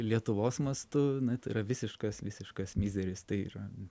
lietuvos mastu na tai yra visiškas visiškas mizeris tai yra